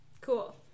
Cool